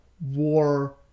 war